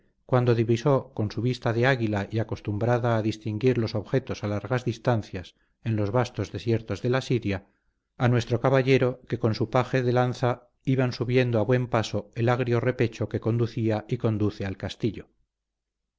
cuando divisó con su vista de águila y acostumbrada a distinguir los objetos a largas distancias en los vastos desiertos de la siria a nuestro caballero que con su paje de lanza iban subiendo a buen paso el agrio repecho que conducía y conduce al castillo